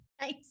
Nice